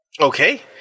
Okay